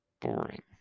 boring